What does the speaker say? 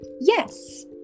Yes